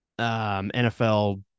NFL